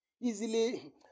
easily